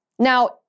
Now